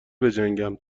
بجنگم